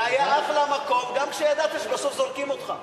זה היה אחלה מקום, גם כשידעת שבסוף זורקים אותך.